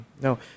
No